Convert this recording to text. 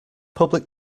public